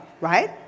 right